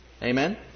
Amen